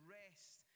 rest